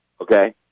Okay